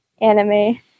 anime